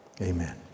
Amen